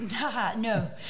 No